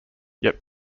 yet